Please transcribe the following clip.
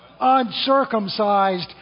uncircumcised